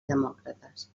demòcrates